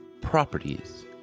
properties